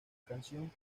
canción